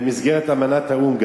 גם במסגרת אמנת האו"ם.